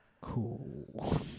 Cool